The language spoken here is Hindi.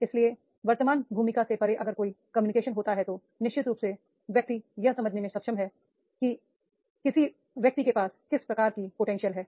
इसलिए वर्तमान भूमिका से परे अगर कोई कम्युनिकेशन होता है तो निश्चित रूप से पर्सन यह समझने में सक्षम होगा कि किसी व्यक्ति के पास किस प्रकार की पोटेंशियल है